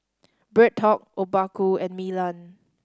BreadTalk Obaku and Milan